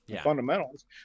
fundamentals